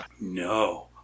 No